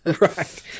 right